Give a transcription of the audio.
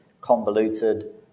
convoluted